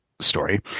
story